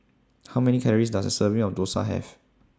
How Many Calories Does A Serving of Dosa Have